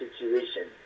situation